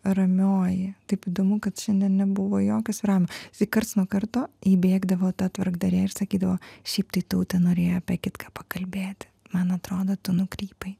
ramioji taip įdomu kad šiandien nebuvo jokio svyravimo tai karts nuo karto įbėgdavo ta tvarkdarė ir sakydavo šiaip tai tautė norėjo apie kitką pakalbėti man atrodo tu nukrypai